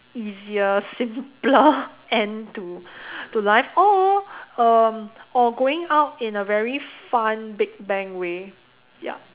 easier simpler end to to life or um or going out in a very fun big bang way